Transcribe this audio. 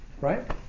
Right